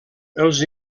els